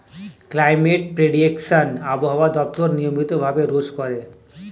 climate prediction আবহাওয়া দপ্তর নিয়মিত ভাবে রোজ করে